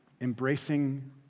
embracing